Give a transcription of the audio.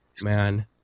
Man